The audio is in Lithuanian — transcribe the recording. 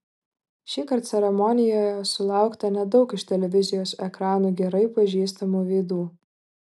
šįkart ceremonijoje sulaukta nedaug iš televizijos ekranų gerai pažįstamų veidų